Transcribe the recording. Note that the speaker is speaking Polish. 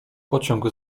pociąg